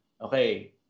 okay